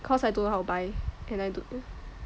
cause I don't know how to buy and I don't know